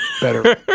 better